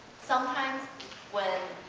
sometimes when